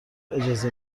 اجازه